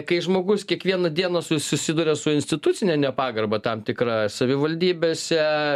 kai žmogus kiekvieną dieną su susiduria su institucine nepagarba tam tikra savivaldybėse